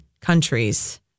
countries